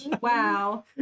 Wow